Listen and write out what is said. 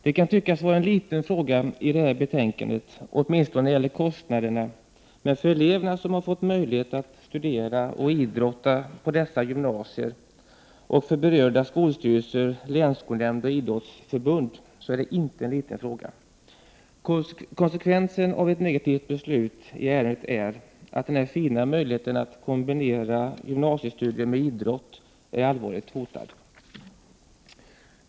Det kan tyckas vara en liten fråga i det här betänkandet, åtminstone när det gäller kostnaderna, men för eleverna som har fått möjlighet att studera och idrotta på dessa gymnasier och för berörda skolstyrelser, länsskolnämnd och idrottsförbund är det inte en liten fråga. Konsekvensen av ett negativt beslut i ärendet är att den här fina möjligheten att kombinera gymnasiestudier med idrott är allvarligt hotad.